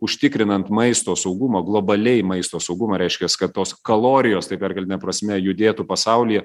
užtikrinant maisto saugumą globaliai maisto saugumą reiškias kad tos kalorijos taip perkeltine prasme judėtų pasaulyje